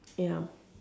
ya